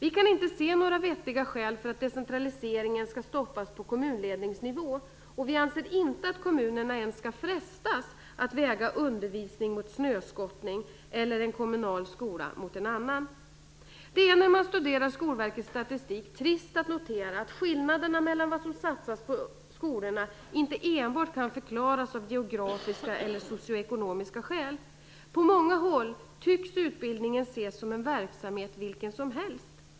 Vi kan inte se några vettiga skäl till att decentraliseringen skall stoppas på kommunledningsnivå och anser inte att kommunerna ens skall frestas att väga undervisning mot snöskottning eller en kommunal skola mot en annan. Vid en studie av Skolverkets statistik är det trist att notera att skillnaderna mellan vad som satsas på skolorna inte enbart kan förklaras av geografiska eller socioekonomiska skäl. På många håll tycks utbildningen ses som en verksamhet vilken som helst.